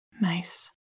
nice